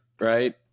right